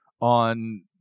on